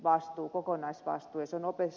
se on opetusministeriöllä